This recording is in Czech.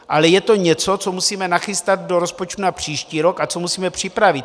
Ale je to něco, co musíme nachystat do rozpočtu na příští rok a co musíme připravit.